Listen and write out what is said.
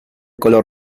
color